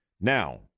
Now